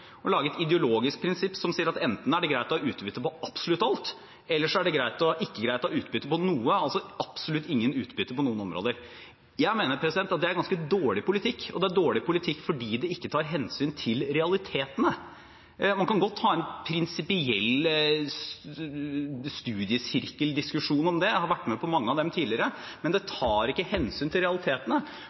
å ha utbytte på absolutt alt, eller så er det ikke greit å ha utbytte på noe – absolutt ingen form for utbytte på noen områder. Jeg mener at det er ganske dårlig politikk, og det er dårlig politikk fordi den ikke tar hensyn til realitetene. Man kan godt ha en prinsipiell studiesirkeldiskusjon om det – jeg har vært med på mange av dem tidligere – men det tar ikke hensyn til realitetene.